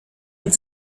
und